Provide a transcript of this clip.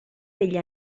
degli